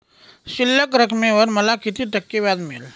शिल्लक रकमेवर मला किती टक्के व्याज मिळेल?